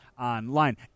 online